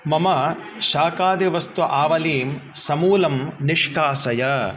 मम शाकादिवस्तुआवलिं समूलं निष्कासय